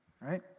Right